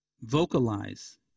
vocalize